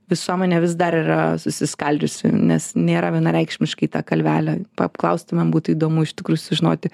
visuomenė vis dar yra susiskaldžiusi nes nėra vienareikšmiškai ta kalvelė apklaustumėm būtų įdomu iš tikrųjų sužinoti